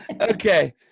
Okay